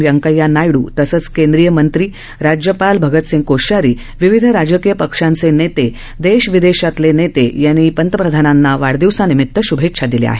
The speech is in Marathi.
व्यंकय्या नायड़ तसंच केंद्रीय मंत्री राज्यपाल भगतसिंग कोश्यारी विविध राजकीय पक्षांचे नेते देश विदेशातल्या नेत्यांनी पंतप्रधानांना वाढदिवसानिमित शुभेच्छा दिल्या आहेत